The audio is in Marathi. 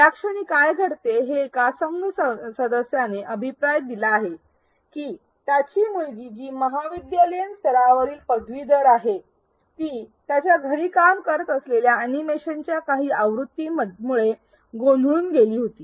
या क्षणी काय घडते हे एका संघ सदस्याने अभिप्राय दिला आहे की त्याची मुलगी जी महाविद्यालयीन स्तरा वरील पदवीधर आहे ती त्याच्या घरी काम करत असलेल्या अॅनिमेशनच्या काही आवृत्तीमुळे गोंधळून गेली होती